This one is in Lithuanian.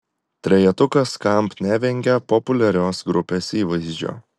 trejetukas skamp nevengia populiarios grupės įvaizdžio